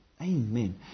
Amen